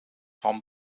van